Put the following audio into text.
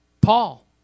paul